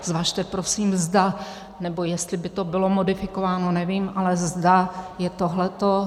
Zvažte prosím, zda nebo jestli by to bylo modifikováno, nevím, ale zda je tohleto adekvátní.